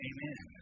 Amen